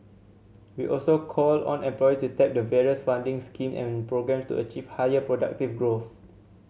we also call on employers to tap the various funding scheme and programme to achieve higher productivity growth